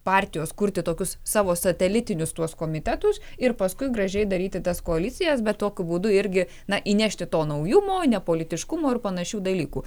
partijos kurti tokius savo satelitinius tuos komitetus ir paskui gražiai daryti tas koalicijas bet tokiu būdu irgi na įnešti to naujumo nepolitiškumo ir panašių dalykų